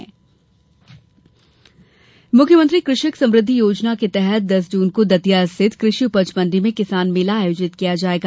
किसान मुख्यमंत्री कृषक समृद्धि योजना के तहत दस जून को दतिया स्थित कृषि उपज मंडी में किसान मेला आयोजित किया जायेगा